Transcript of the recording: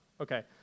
Okay